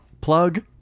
plug